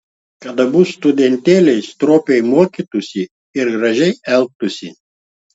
kad abu studentėliai stropiai mokytųsi ir gražiai elgtųsi